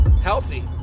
healthy